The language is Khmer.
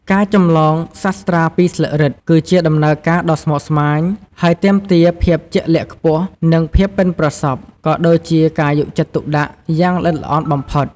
ការចម្លងសាត្រាពីស្លឹករឹត គឺជាដំណើរការដ៏ស្មុគស្មាញ ហើយទាមទារភាពជាក់លាក់ខ្ពស់និងភាពបុិនប្រសព ក៏ដូចជាការយកចិត្តទុកដាក់យ៉ាងល្អិតល្អន់បំផុត។